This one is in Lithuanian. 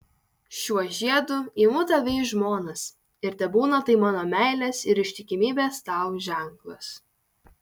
šiuo žiedu imu tave į žmonas ir tebūna tai mano meilės ir ištikimybės tau ženklas